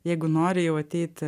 jeigu nori jau ateiti